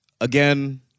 again